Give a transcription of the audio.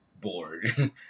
bored